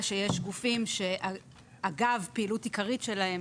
שיש גופים שאגב פעילות עיקרית שלהם